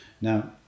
now